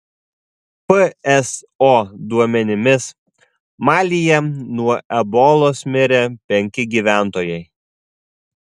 pso duomenimis malyje nuo ebolos mirė penki gyventojai